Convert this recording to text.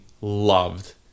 loved